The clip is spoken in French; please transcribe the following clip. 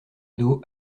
dos